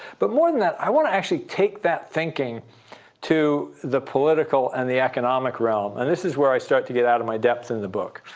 but more than that, i want to actually take that thinking to the political and the economic realm. and this is where i start to get out of my depth in the book.